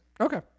Okay